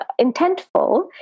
intentful